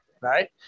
right